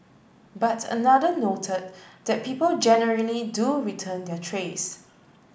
but another noted that people generally do return their trays